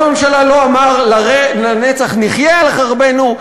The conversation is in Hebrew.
הממשלה לא אמר "לנצח נחיה על חרבנו",